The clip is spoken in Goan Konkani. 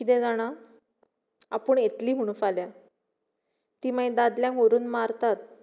कितें जाणां आपूण येतली म्हणून फाल्यां ती मागीर दादल्यांक व्हरून मारता